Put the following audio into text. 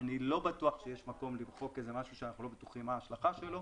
אני לא בטוח שיש מקום למחוק משהו שאנחנו לא בטוחים מה ההשלכה שלו.